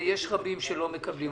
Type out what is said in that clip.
ויש רבים שלא מקבלים.